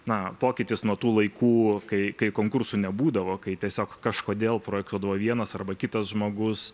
na pokytis nuo tų laikų kai kai konkursų nebūdavo kai tiesiog kažkodėl projektuodavo vienas arba kitas žmogus